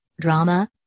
Drama